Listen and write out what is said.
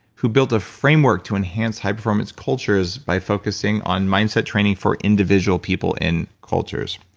who built a framework to enhance high performance cultures by focusing on mindset training for individual people in cultures.